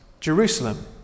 Jerusalem